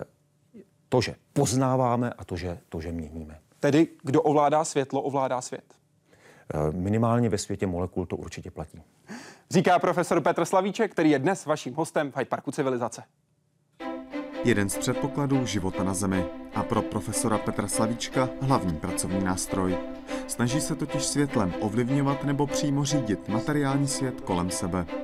To, že poznáváme a to, že- to, že měníme. Tedy, kdo ovládá světlo, ovládá svět. Eh, minimálně ve světě molekul to určitě platí. Říká profesor Petr Slavíček, který je dnes vaším hostem v Hyde Parku civilizace. Jeden z předpokladů života na Zemi a pro profesora Petra Slavíčka hlavní pracovní nástroj. Snaží se totiž světlem ovlivňovat nebo přímo řídit materiální svět kolem sebe.